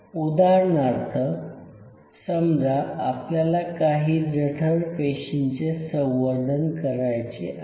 उदाहरणार्थ समजा आपल्याला काही जठर पेशींचे संवर्धन करायचे आहे